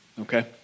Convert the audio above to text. Okay